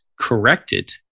corrected